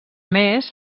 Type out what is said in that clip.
més